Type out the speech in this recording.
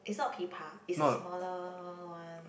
is not pi-pa is a smaller one